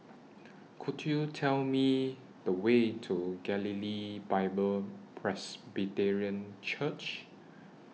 Could YOU Tell Me The Way to Galilee Bible Presbyterian Church